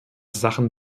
sachen